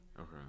Okay